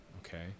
Okay